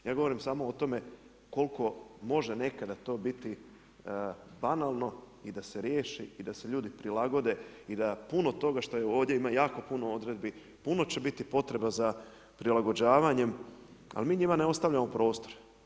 Ja govorim samo o tome koliko može nekada to biti banalno i da se riješi i da se ljudi prilagode i da puno toga što je ovdje, ima jako puno odredbi, puno će biti potreba za prilagođavanjem ali mi njima ne ostavljamo prostor.